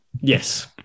Yes